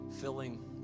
filling